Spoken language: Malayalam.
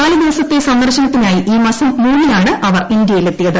നാല് ദിവസത്തെ സന്ദർശനത്തിനായി ഈ മാസം മൂന്നിനാണ് അവർ ഇന്ത്യയിലെത്തിയത്